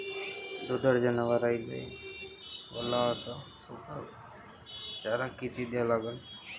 दुधाळू जनावराइले वला अस सुका चारा किती द्या लागन?